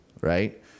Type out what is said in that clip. right